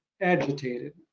agitated